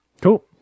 Cool